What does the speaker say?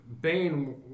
Bane